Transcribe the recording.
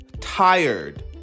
tired